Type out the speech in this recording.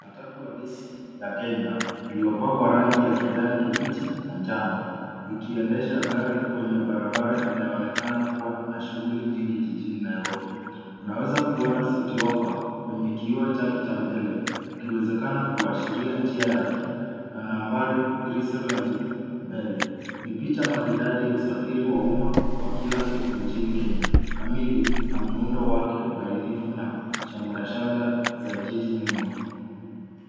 Matatu halisi ya Kenya iliyopakwa rangi ya kijani kibichi na njano ikiendesha gari kwenye barabara inayoonekana kuwa na shughuli nyingi jijini Nairobi. Tunaweza kuona City Hoppa kwenye kiooo chake cha mbele ukiwezekana kuashiria njia yake na nambari 370 mbele. Ni picha maridadi ya usafiri wa umma wa kila siku nchini Kenya. Kamili na muundo wake bainifu na shamrashamra za jiji nyuma.